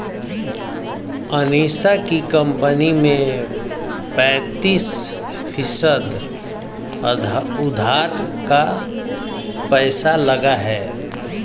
अनीशा की कंपनी में पैंतीस फीसद उधार का पैसा लगा है